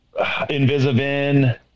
invisivin